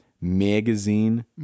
magazine